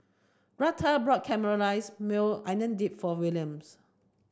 Retha bought Caramelized Maui Onion Dip for Williams